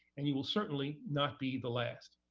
and you will certainly not be the last.